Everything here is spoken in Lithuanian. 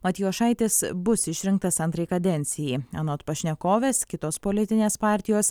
matjošaitis bus išrinktas antrai kadencijai anot pašnekovės kitos politinės partijos